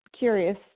curious